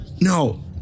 no